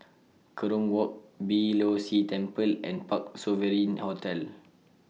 Kerong Walk Beeh Low See Temple and Parc Sovereign Hotel